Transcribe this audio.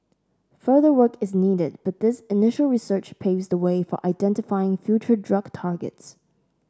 further work is needed but this initial research paves the way for identifying future drug targets